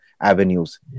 avenues